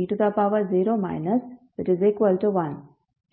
ಎಂದು ನಾವು ಚರ್ಚಿಸಿದ್ದೇವೆ